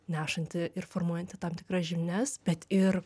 nešanti ir formuojant tam tikras žinias bet ir